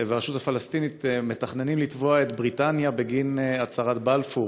והרשות הפלסטינית מתכננים לתבוע את בריטניה בגין הצהרת בלפור.